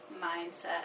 mindset